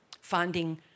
Finding